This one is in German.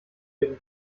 ihrem